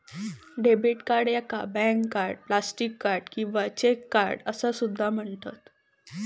debit card याका bank card, plastic card किंवा cheque card असो सुद्धा म्हणतत